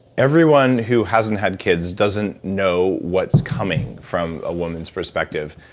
everyone who hasn't had kids, doesn't know what's coming, from a woman's perspective.